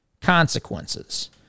consequences